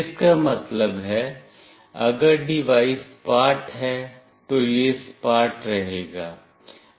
इसका मतलब है अगर डिवाइस सपाट है तो यह सपाट रहेगा